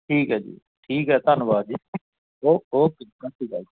ਠੀਕ ਹੈ ਜੀ ਠੀਕ ਹੈ ਧੰਨਵਾਦ ਜੀ ਓ ਓਕੇ ਜੀ ਸਤਿ ਸ਼੍ਰੀ ਅਕਾਲ